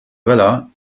vella